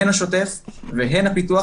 הן השוטף והן הפיתוח,